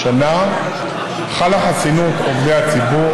שמרימה את הכפפה,